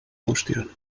qüestions